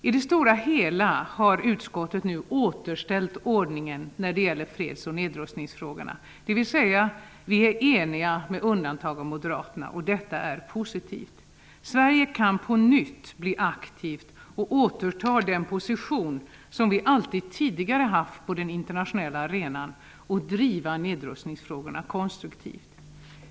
I det stora hela har utskottet nu återställt ordningen när det gäller freds och nedrustningsfrågorna, dvs. vi är eniga med undantag för moderaterna. Detta är positivt. Sverige kan på nytt bli aktivt, återta den position vi alltid tidigare haft på den internationella arenan och driva nedrustningsfrågorna konstruktivt.